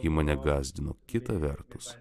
ji mane gąsdino kita vertus